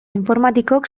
informatikok